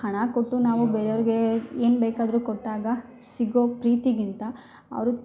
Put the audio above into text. ಹಣ ಕೊಟ್ಟು ನಾವು ಬೇರೆಯವ್ರ್ಗೆ ಏನು ಬೇಕಾದರು ಕೊಟ್ಟಾಗ ಸಿಗೋ ಪ್ರೀತಿಗಿಂತ ಅವರು